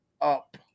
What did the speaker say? up